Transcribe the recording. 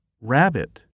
Rabbit